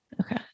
Okay